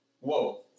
whoa